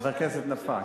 בבקשה.